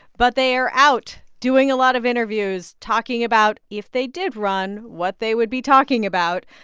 but they are out doing a lot of interviews, talking about, if they did run, what they would be talking about.